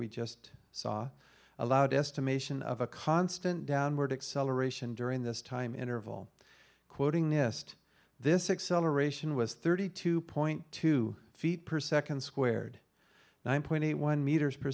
we just saw allowed estimation of a constant downward acceleration during this time interval quoting nist this excel aeration was thirty two point two feet per second squared nine point eight one meters per